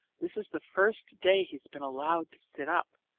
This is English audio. this is the first day he's been allowed to sit up.